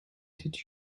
did